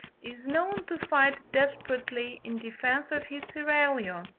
is known to fight desperately in defence of his seraglio,